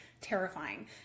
terrifying